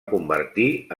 convertir